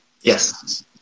Yes